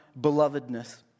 belovedness